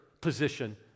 position